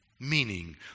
Meaning